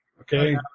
okay